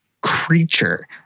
creature